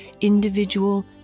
individual